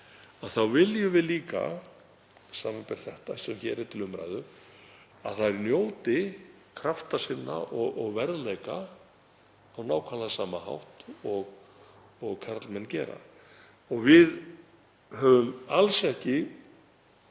þá viljum við líka, samanber frumvarpið sem hér er til umræðu, að þær njóti krafta sinna og verðleika á nákvæmlega sama hátt og karlmenn gera. Við höfum alls ekki